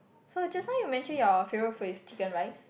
so just now you mentioned your favourite food is chicken rice